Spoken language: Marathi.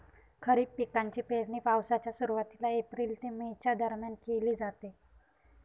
खरीप पिकांची पेरणी पावसाच्या सुरुवातीला एप्रिल ते मे च्या दरम्यान केली जाते